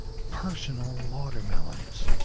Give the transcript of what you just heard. personal watermelons.